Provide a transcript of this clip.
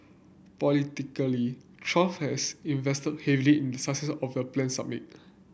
politically Trump has invested heavily success of the planned summit